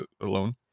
alone